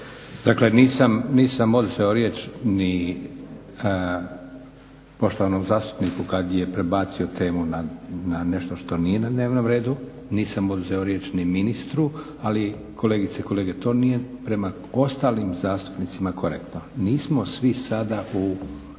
Dakle, nisam oduzeo riječ ni poštovanom zastupniku kada je prebacio temu na nešto što nije na dnevnom redu, nisam oduzeo riječ ni ministru, ali kolegice i kolege to nije prema ostalim zastupnicima korektno. Nismo svi sada u